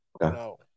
no